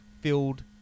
filled